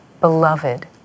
beloved